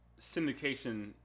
syndication